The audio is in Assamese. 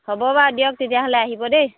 হ'ব বাৰু দিয়ক তেতিয়াহ'লে আহিব দেই